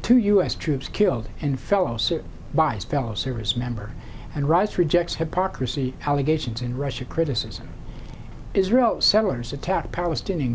to u s troops killed and fellow sit by his fellow service members and rise rejects hypocrisy allegations in russia criticism israel settlers attack palestinian